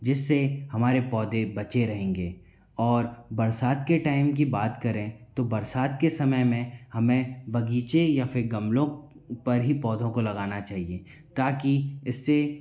जिससे हमारे पौधे बचे रहेंगे और बरसात के टाइम की बात करें तो बरसात के समय में हमें बगीचे या फिर गमलों पर ही पौधों को लगाना चाहिए ताकि इससे